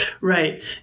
Right